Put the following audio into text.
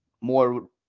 more